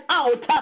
out